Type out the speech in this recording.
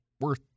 worth